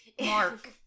Mark